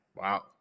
Wow